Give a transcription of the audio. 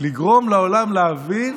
לגרום לעולם להבין